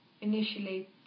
initially